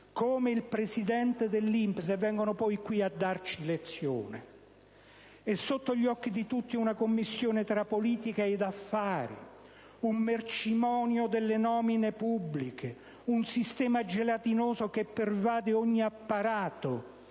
come il presidente dell'INPS - e vengono poi qui a darci lezioni. È sotto gli occhi di tutti una commistione tra politica ed affari, un mercimonio delle nomine pubbliche, un sistema gelatinoso che pervade ogni apparato,